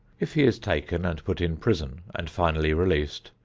if he is taken and put in prison and finally released,